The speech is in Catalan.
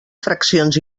fraccions